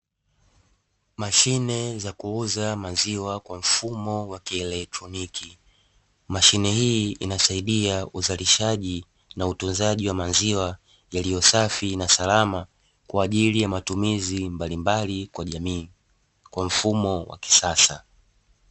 Mashine za kuuza maziwa kwa mfumo wa kieletroniki, mashine hii inasaidia uzalishaji na utuzaji wa maziwa, yaliyo safi na salama kwa ajili ya matumizi mbalimbali kwa jamii kwa mfumo wa kisasa.